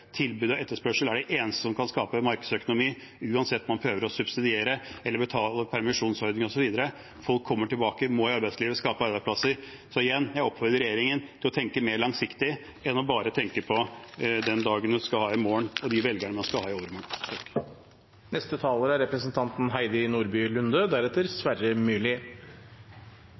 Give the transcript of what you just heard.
Tilbud og etterspørsel er det eneste som kan skape markedsøkonomi, uansett om man prøver å subsidiere eller betale for permisjonsordninger osv. Folk kommer tilbake, må ut i arbeidslivet, skape arbeidsplasser. Så igjen: Jeg oppfordrer regjeringen til å tenke mer langsiktig enn bare å tenke på morgendagen og de velgerne man har i overimorgen. Jeg støtter fullt ut den tiltakspakken som regjeringen har lagt fram, og jeg er